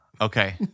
Okay